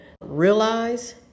realize